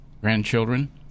grandchildren